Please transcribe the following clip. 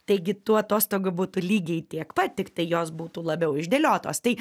taigi tų atostogų būtų lygiai tiek pat tiktai jos būtų labiau išdėliotos tai